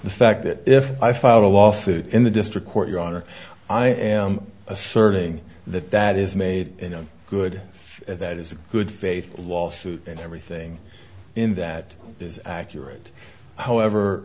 the fact that if i filed a lawsuit in the district court your honor i am asserting that that is made in a good that is a good faith lawsuit and everything in that is accurate however